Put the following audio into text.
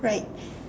like